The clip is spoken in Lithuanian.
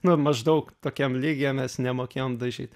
nu maždaug tokiam lygyje mes nemokėjom dažyt